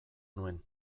nuen